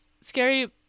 scary